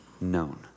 known